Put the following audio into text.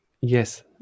yes